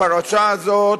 הפרשה הזו,